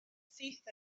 syth